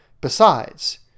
Besides